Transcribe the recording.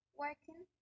working